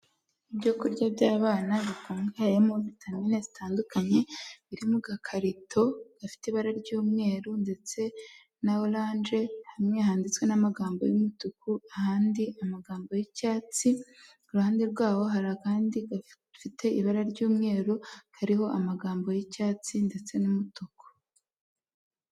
Ibyo kurya by'abana bikungahayemo vitamine zitandukanye, biri mu gakakarito, gafite ibara ry'umweru ndetse na oranje, hamwe handitswe n'amagambo y'umutuku ahandi amagambo y'icyatsi, iruhande rwaho hari akandi gafite ibara ry'umweru, kariho amagambo y'icyatsi ndetse n'umutuku.